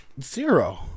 Zero